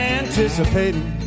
anticipating